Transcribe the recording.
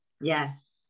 yes